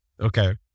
Okay